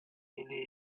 really